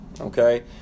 okay